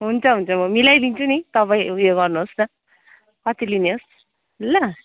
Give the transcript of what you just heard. हुन्छ हुन्छ म मिलाइदिन्छु नि तपाईँ उयो गर्नु होस् न कति लिने हो ल